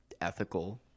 ethical